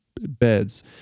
beds